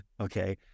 okay